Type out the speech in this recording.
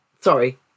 sorry